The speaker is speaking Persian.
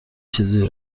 چیز